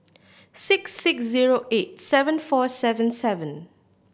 six six zero eight seven four seven seven